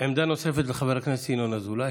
עמדה נוספת, לחבר הכנסת ינון אזולאי.